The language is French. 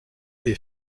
est